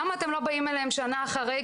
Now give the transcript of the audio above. למה אתם לא באים אליהם שנה אחרי,